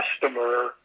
customer